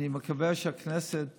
אני מקווה שהכנסת